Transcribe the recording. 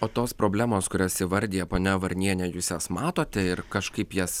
o tos problemos kurias įvardija ponia varnienė jūs jas matote ir kažkaip jas